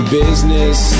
business